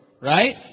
Right